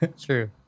true